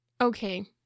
okay